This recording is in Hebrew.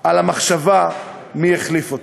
מהמחשבה מי החליף אותם.